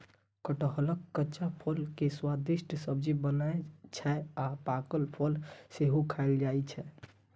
कटहलक कच्चा फल के स्वादिष्ट सब्जी बनै छै आ पाकल फल सेहो खायल जाइ छै